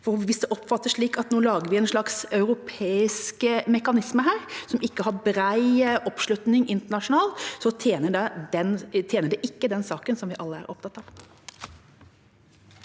For hvis det oppfattes slik at vi nå lager en slags europeisk mekanisme som ikke har bred oppslutning internasjonalt, tjener det ikke den saken som vi alle er opptatt av.